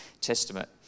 Testament